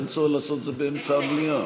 אין צורך לעשות את זה באמצע המליאה.